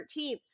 13th